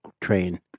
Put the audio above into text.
train